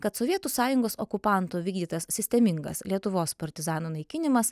kad sovietų sąjungos okupantų vykdytas sistemingas lietuvos partizanų naikinimas